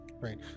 right